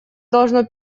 должно